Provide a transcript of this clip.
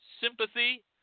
sympathy